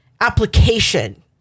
application